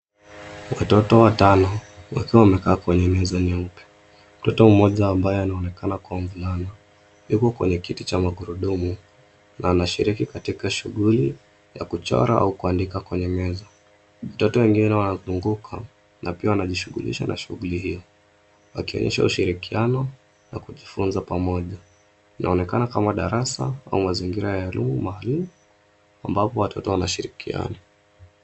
Watoto watano wakiwa wamekaa kwenye meza nyeupe, mtoto mmoja ambaye anaonekana kuwa mvulana yuko kwenye kiti cha magurudumu na anashiriki katika shughuli ya kuchora au kuandika kwenye meza, watoto wengine wanazunguka na pia wanajishughulika na shughuli hiyo wakionyesha ushirikiano na kujifunza pamoja, inaonekana kama darasa ama mazingira maalum ambapo watoto wanashirikiana.